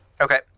Okay